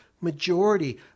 majority